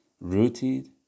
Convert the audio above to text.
rooted